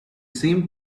seemed